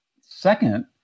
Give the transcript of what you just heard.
second